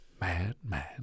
Madman